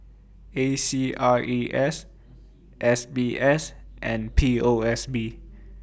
A C R E S S B S and P O S B